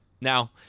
Now